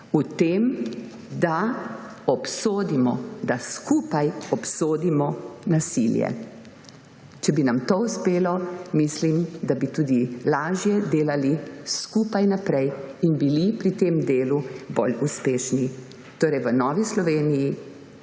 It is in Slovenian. v tem, da obsodimo, da skupaj obsodimo nasilje. Če bi nam to uspelo, mislim, da bi tudi lažje delali skupaj naprej in bili pri tem delu bolj uspešni. V Novi Sloveniji